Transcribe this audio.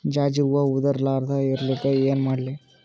ಜಾಜಿ ಹೂವ ಉದರ್ ಲಾರದ ಇರಲಿಕ್ಕಿ ಏನ ಮಾಡ್ಲಿ?